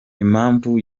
impamvu